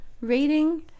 rating